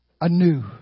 anew